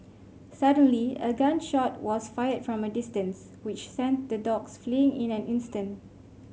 suddenly a gun shot was fired from a distance which sent the dogs fleeing in an instant